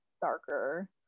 darker